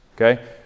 okay